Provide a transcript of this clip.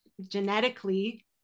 genetically